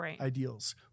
ideals